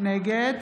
נגד